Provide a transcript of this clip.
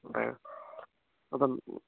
বাৰু